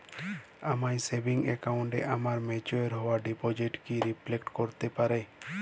আমার সেভিংস অ্যাকাউন্টে আমার ম্যাচিওর হওয়া ডিপোজিট কি রিফ্লেক্ট করতে পারে?